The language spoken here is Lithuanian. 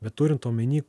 bet turint omeny